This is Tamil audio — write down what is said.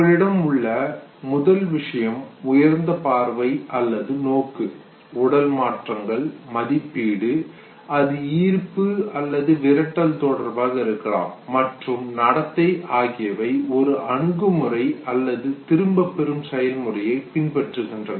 உங்களிடம் உள்ள முதல் விஷயம் உயர்ந்த பார்வை அல்லது நோக்கு உடல் மாற்றங்கள் மதிப்பீடு அது ஈர்ப்பு அல்லது விரட்டல் தொடர்பாக இருக்கலாம் மற்றும் நடத்தை ஆகியவை ஒரு அணுகுமுறை அல்லது திரும்பப்பெறும் செயல்முறையைப் பின்பற்றுகின்றன